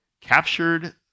captured